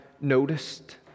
noticed